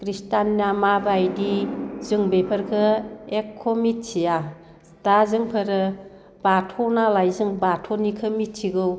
ख्रिस्टाननिया माबायदि जों बेफोरखौ एख' मिथिया दा जोंफोरो बाथौ नालाय जों बाथौनिखौ मिथिगौ